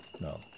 No